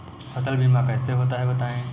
फसल बीमा कैसे होता है बताएँ?